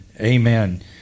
amen